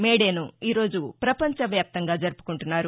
మేడేసు ఈ రోజు ప్రపంచవ్యాప్తంగా జరుపుకుంటున్నారు